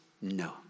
No